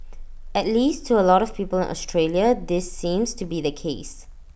at least to A lot of people Australia this seems to be the case